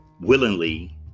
willingly